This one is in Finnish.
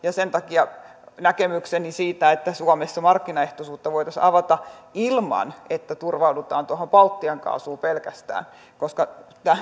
sen takia näkemykseni siitä on että suomessa markkinaehtoisuutta voitaisiin avata ilman että turvaudutaan pelkästään tuohon baltian kaasuun koska